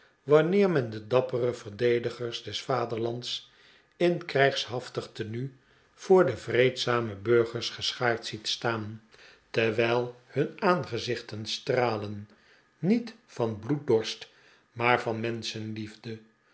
wanneer men de dappere verdedigers des vaderlands in krijgshaftig tenue voor de vreedzame burgers geschaard ziet staan terwijl hun aangezichten sfralen niet van bloeddorst maar van